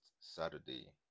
Saturday